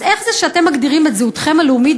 אז איך זה שאתם מגדירים את זהותכם הלאומית